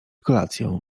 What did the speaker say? kolacją